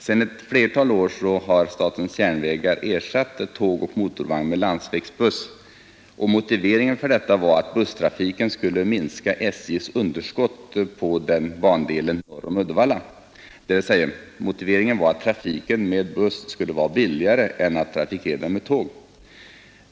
Sedan ett flertal år har statens järnvägar ersatt tåg och motorvagn med landsvägsbuss. Motiveringen för detta var att busstrafiken skulle minska SJ:s underskott på bandelen norr om Uddevalla. Trafiken med buss skulle alltså vara billigare än trafiken med tåg.